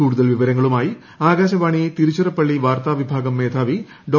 കൂടുതൽ വിവരങ്ങളുമായി ആകാശവാണി തിരുച്ചിറപ്പള്ളി വാർത്താ വിഭാഗം മേധാവി ഡോ